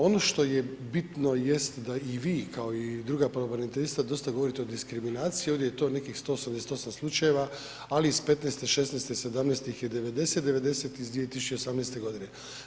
Ovo što je bitno jest da i vi kao i druga pravobraniteljstva dosta govorite o diskriminaciji, ovdje je to nekih 188 slučajeva, ali iz 15., 16., 17. ih je 90, 90 iz 2018. godine.